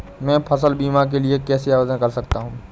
मैं फसल बीमा के लिए कैसे आवेदन कर सकता हूँ?